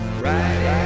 Right